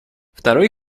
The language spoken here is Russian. второй